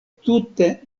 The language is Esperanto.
tute